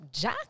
Jack